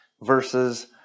versus